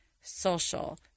social